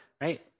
Right